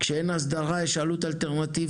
כשאין הסדרה יש עלות אלטרנטיבית.